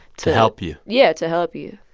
to help you yeah, to help you